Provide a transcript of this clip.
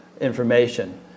information